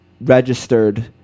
registered